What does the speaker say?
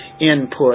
input